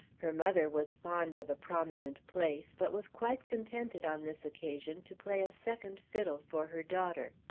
her mother was fond of a prominent place but was quite contented on this occasion to play a second fiddle for her daughter.